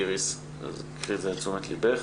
איריס, אז קחי את זה לתשומת ליבך.